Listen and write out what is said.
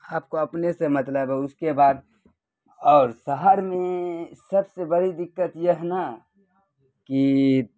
آپ کو اپنے سے مطلب ہے اس کے بعد اور شہر میں سب سے بڑی دقت یہ ہے نا کہ